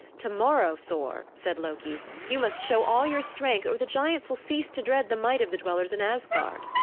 tomorrow, thor, said loki, you must show all your strength or the giants will cease to dread the might of the dwellers in asgard.